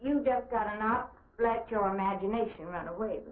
get got to not let your imagination run away